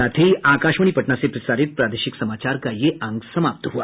इसके साथ ही आकाशवाणी पटना से प्रसारित प्रादेशिक समाचार का ये अंक समाप्त हुआ